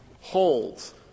holds